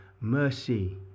mercy